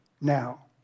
now